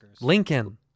Lincoln